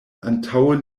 antaŭe